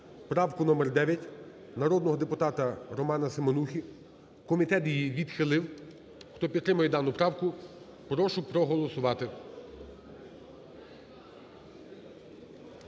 правку номер 9, народного депутата Романа Семенухи. Комітет її відхилив. Хто підтримує дану правку, прошу проголосувати.